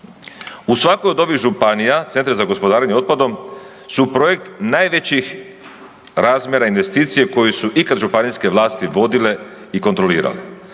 U svakoj od ovih županija centri za gospodarenjem otpadom su projekt najvećih razmjera investicije koji su ikad županijske vlasti vodile i kontrolirali.